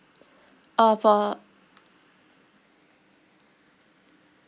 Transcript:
of uh